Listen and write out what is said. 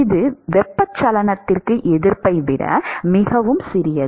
இது வெப்பச்சலனத்திற்கு எதிர்ப்பை விட மிகவும் சிறியது